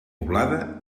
poblada